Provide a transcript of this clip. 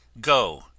go